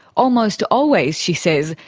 almost always, she says,